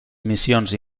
missions